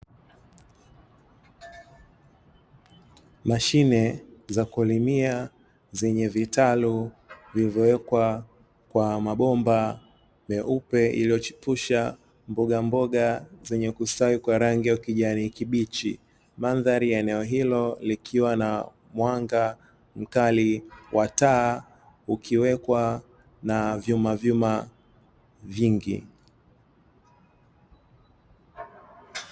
Mashine za kulimia zenye vitalu nilivyowekwa kwa mabomba meupe, iliyochipusha mboga mboga zenye kustawi kwa rangi ya kijani kibichi mandhari ya eneo hilo likiwa na mwanga mkali wa taa ukiwekwa na vyuma vyuma vingi.